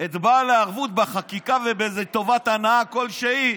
את בעל הערבות בחקיקה ובאיזו טובת הנאה כלשהי,